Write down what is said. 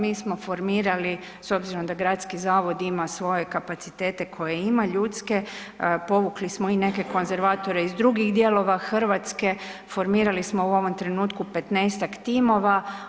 Mi smo formirali, s obzirom da gradski zavod ima svoje kapacitete koje ima, ljudske, povukli smo i neke konzervatore iz drugih dijelova Hrvatske, formirali smo u ovom trenutku 15-tak timova.